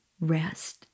rest